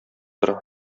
тора